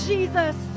Jesus